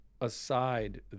aside